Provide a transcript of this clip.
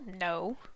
No